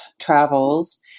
travels